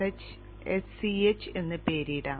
sch എന്ന് പേരിടാം